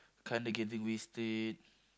kind of getting wasted